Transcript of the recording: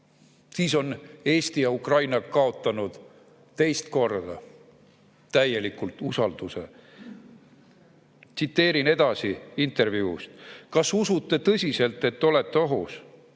Siis on Eesti ja Ukraina kaotanud teist korda täielikult usalduse. Tsiteerin edasi intervjuust: "Kas usute tõsiselt, et olete ohus?"